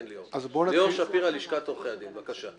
ליאור שפירא, לשכת עורכי הדין, בבקשה.